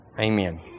Amen